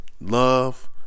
love